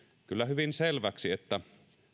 kyllä hyvin selväksi että